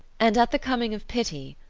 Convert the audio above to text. and at the coming of pity,